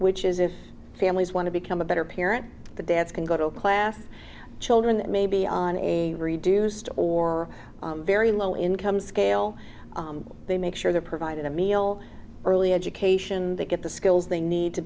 which is if families want to become a better parent the debts can go to a class of children maybe on a reduced or very low income scale they make sure they're provided a meal early education they get the skills they need to